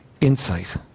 insight